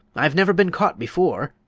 i've never been caught before,